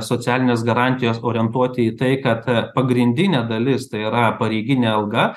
socialines garantijas orientuoti į tai kad pagrindinė dalis tai yra pareiginė alga